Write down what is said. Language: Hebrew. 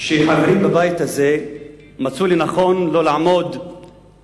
שחברים בבית הזה מצאו לנכון שלא לעמוד לזכרם של קורבנות שנרצחו